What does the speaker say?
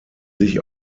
sich